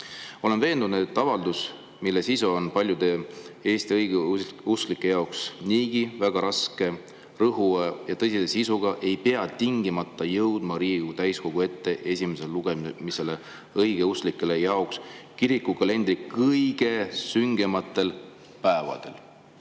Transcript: "Olen veendunud, et avaldus, mille sisu on paljude Eesti õigeusklike jaoks niigi väga raske, rõhuva ja tõsise sisuga, ei pea tingimata jõudma Riigikogu täiskogu ette esimesele lugemisele õigeusklike jaoks kirikukalendri kõige süngematel päevadel."